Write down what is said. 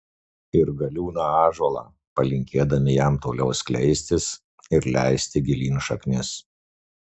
ir galiūną ąžuolą palinkėdami jam toliau skleistis ir leisti gilyn šaknis